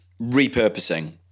repurposing